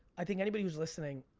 i think anybody who's listening,